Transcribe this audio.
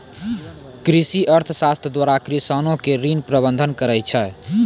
कृषि अर्थशास्त्र द्वारा किसानो के ऋण प्रबंध करै छै